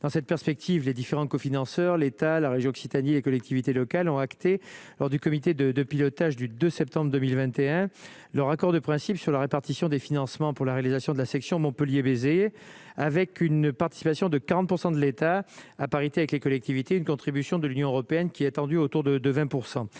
dans cette perspective, les différents co-financeurs, l'État, la région Occitanie, les collectivités locales ont acté lors du comité de pilotage du 2 septembre 2021, leur accord de principe sur la répartition des financements pour la réalisation de la section Montpellier baiser avec une participation de 40 % de l'État à parité avec les collectivités, une contribution de l'Union européenne, qui est attendu autour de de